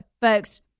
folks